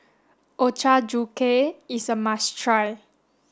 Ochazuke is a must try